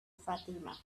fatima